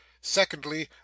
secondly